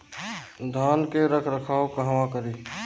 धान के रख रखाव कहवा करी?